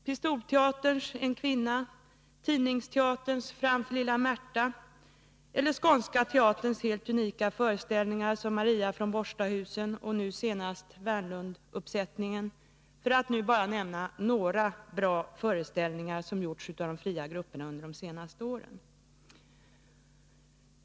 Pistolteaterns En kvinna, Tidningsteaterns Fram för lilla Märta och Skånska Teaterns helt unika föreställningar, såsom Maria från Borstahusen och nu senast Värnlunduppsättningen, är bara några exempel på bra föreställningar som har gjorts av de fria grupperna under de senaste åren.